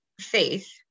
faith